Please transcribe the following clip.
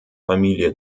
familie